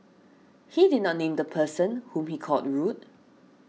he did not name the person whom he called rude